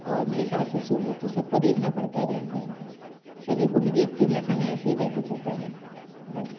और मेरे सास ससुर हैं तो सबको देखना पड़ता है घर पे सभी को मैं देखती हूँ मेरा समय ऐसे ही व्यतीत होता है बस